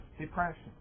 depression